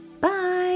Bye